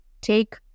take